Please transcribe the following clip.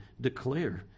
declare